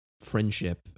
friendship